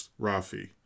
Rafi